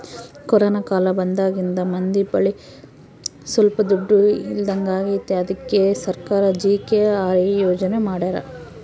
corona ಕಾಲ ಬಂದಾಗಿಂದ ಮಂದಿ ಬಳಿ ಸೊಲ್ಪ ದುಡ್ಡು ಇಲ್ದಂಗಾಗೈತಿ ಅದ್ಕೆ ಸರ್ಕಾರ ಜಿ.ಕೆ.ಆರ್.ಎ ಯೋಜನೆ ಮಾಡಾರ